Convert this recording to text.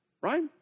right